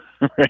Right